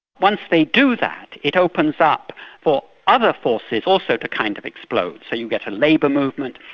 once they do that, it opens up for other forces also to kind of explode. so you get a labour movement,